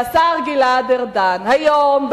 והשר גלעד ארדן: היום,